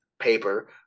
paper